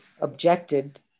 objected